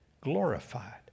glorified